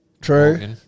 True